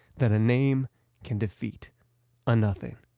that a name can defeat a nothing.